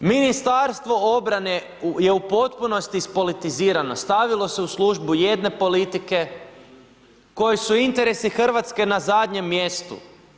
Ministarstvo obrane je u potpunosti ispolitizirano stavilo se u službu jedne politike kojoj su interesi Hrvatske na zadnjem mjestu.